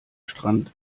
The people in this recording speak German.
strand